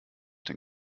den